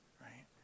right